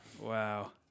Wow